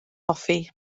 hoffi